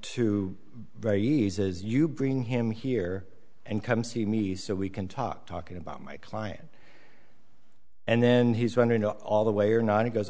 two very easy as you bring him here and come see me so we can talk talking about my client and then he's wondering all the way or not he goes